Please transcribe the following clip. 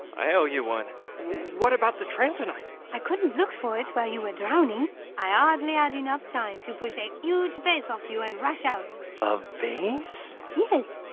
i owe you one what about the train tonight? i couldn't look for it while you were drowning i ah hardly had enough time to push a huge vase of you and rush out a vase yes,